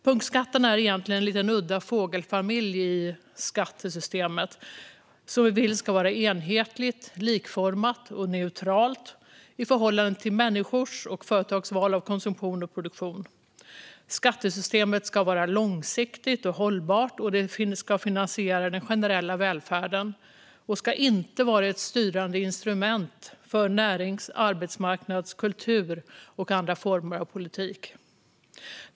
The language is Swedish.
Punktskatterna är egentligen en lite udda fågelfamilj i skattesystemet, som vi vill ska vara enhetligt, likformigt och neutralt i förhållande till människors och företags val av konsumtion och produktion. Skattesystemet ska vara långsiktigt och hållbart. Det ska finansiera den generella välfärden och ska inte vara ett styrande instrument för närings, arbetsmarknads, kultur och andra former av politik.